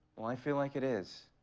well, i feel like it is.